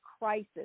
crisis